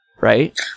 right